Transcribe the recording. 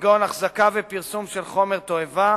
כגון החזקה ופרסום של חומר תועבה,